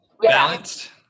balanced